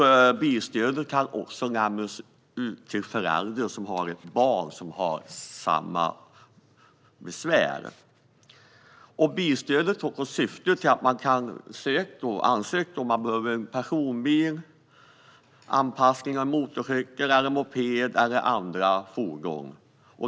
Bilstödet kan också lämnas till förälder som har ett barn med den typen av besvär. Bilstödet kan sökas om man behöver anpassa en personbil, motorcykel, moped eller andra fordon.